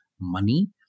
Money